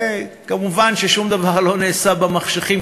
ומובן ששום דבר לא נעשה במחשכים,